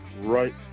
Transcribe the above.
right